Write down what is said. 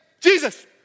Jesus